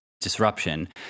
disruption